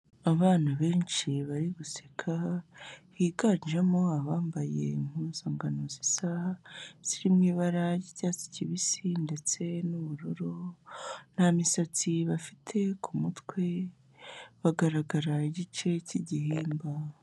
Abana benshi bari guseka, higanjemo abambaye impuzankano zisa ziri mu ibara ry'icyatsi kibisi ndetse n'ubururu, nta misatsi bafite ku mutwe bagaragara igice cy'igihimba.